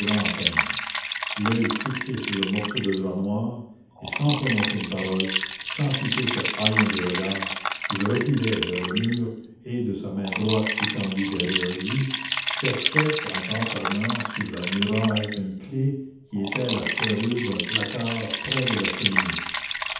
à peine l'oeil fixé sur le morceau de drap noir et sans prononcer une parole sans quitter ce haillon du regard il reculait vers le mur et de sa main droite étendue derrière lui cherchait en tâtonnant sur la muraille une clef qui était à la serrure d'un placard près de la cheminée